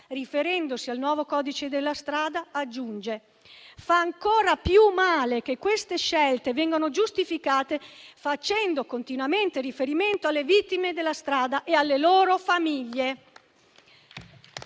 riferendosi al nuovo codice della strada, aggiunge: fa ancora più male che queste scelte vengano giustificate facendo continuamente riferimento alle vittime della strada e alle loro famiglie.